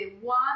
one